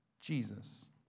Jesus